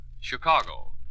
Chicago